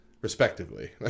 Respectively